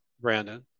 Brandon